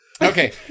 Okay